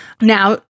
Now